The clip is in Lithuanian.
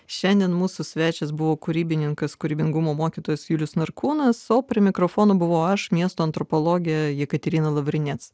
šiandien mūsų svečias buvo kūrybininkas kūrybingumo mokytojas julius narkūnas o prie mikrofono buvo aš miesto antropologė jekaterina lavrinec